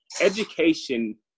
education